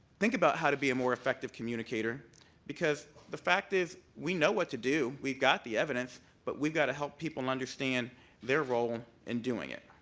think about how to be a more effective communicator because the fact is we know what to do, we've got the evidence, but we've got to help people understand their role in doing it.